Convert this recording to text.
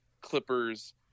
Clippers